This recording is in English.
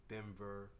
Denver